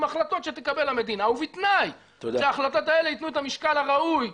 עם החלטות שתקבל המדינה ובתנאי שההחלטות האלה יתנו את המשקל הראוי.